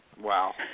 wow